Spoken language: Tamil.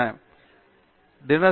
பேராசிரியர் பிரதாப் ஹரிதாஸ் சரி